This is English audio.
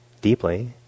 deeply